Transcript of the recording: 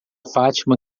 fátima